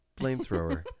Blamethrower